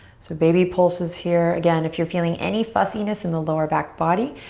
so baby pulses here. again, if you're feeling any fussiness in the lower back body